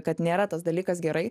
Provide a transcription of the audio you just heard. kad nėra tas dalykas gerai